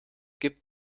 gibt